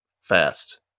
fast